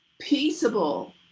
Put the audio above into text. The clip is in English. peaceable